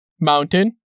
Mountain